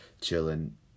chilling